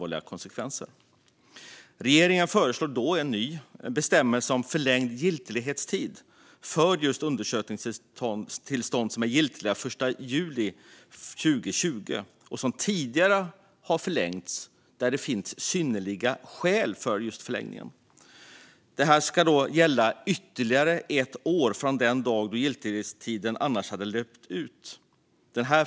Regeringen föreslog då förlängd giltighetstid för just undersökningstillstånd som var giltiga den 1 juli 2020 och som tidigare förlängts då det fanns synnerliga skäl för förlängningen. Den förlängda giltighetstiden gäller ytterligare ett år från den dag giltighetstiden annars skulle ha löpt ut.